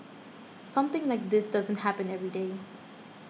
something like this doesn't happen every day